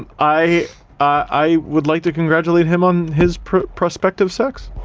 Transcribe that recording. i i would like to congratulate him on his prospective sex.